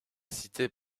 cités